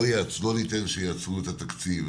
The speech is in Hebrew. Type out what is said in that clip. לא ניתן שיעצרו את התקציב,